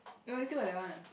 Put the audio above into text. no we still got that one